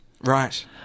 Right